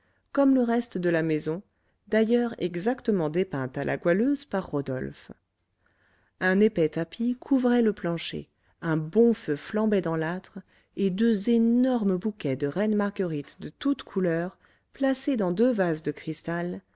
comme le reste de la maison d'ailleurs exactement dépeinte à la goualeuse par rodolphe un épais tapis couvrait le plancher un bon feu flambait dans l'âtre et deux énormes bouquets de reines marguerites de toutes couleurs placés dans deux vases de cristal